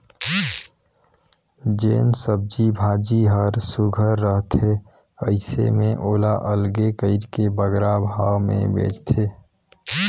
जेन सब्जी भाजी हर सुग्घर रहथे अइसे में ओला अलगे कइर के बगरा भाव में बेंचथें